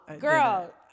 girl